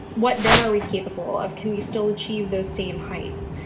what then are we capable of? can we still achieve those same heights?